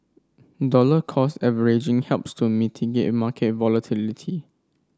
dollar cost averaging helps to mitigate market volatility